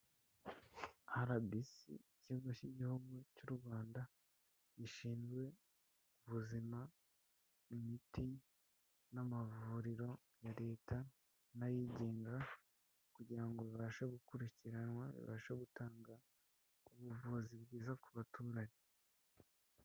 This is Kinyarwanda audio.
Arabisi ikigo cy'igihugu cy' u Rwanda gishinzwe ubuzima imiti n'amavuriro ya leta n'ayigenga, kugira ngo bibashe gukurikiranwa bibashe gutanga ubuvuzi bwiza ku baturage.